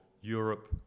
Europe